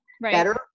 better